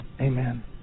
Amen